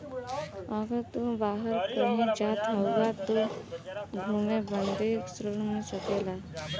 अगर तू बाहर कही जात हउआ त घुमे बदे ऋण ले सकेला